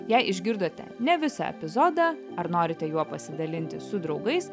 jei išgirdote ne visą epizodą ar norite juo pasidalinti su draugais